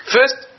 First